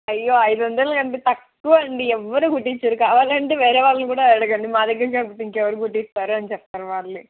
అయ్యో ఐదు వందలు అంటే తక్కువ అండి ఎవ్వరు కుట్టించరు కావాలంటే వేరే వాళ్ళని కూడా అడగండి మా దగ్గర కాకపోతే ఇంకెవరు కుట్టిస్తారు అని చెప్తారు వాళ్ళు